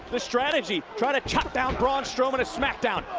the strategy. trying to cut down braun strowman of smackdown.